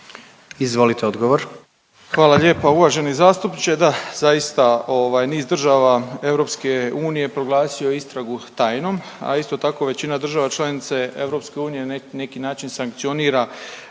Ivan (HDZ)** Hvala lijepa uvaženi zastupniče, da zaista ovaj niz država EU proglasio je istragu tajnom, a isto tako većina država članica EU na neki način sankcionira tzv.